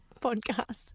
podcast